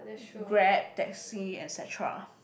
Grab taxi et cetera